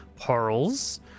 Pearls